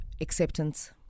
acceptance